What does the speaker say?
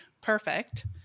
perfect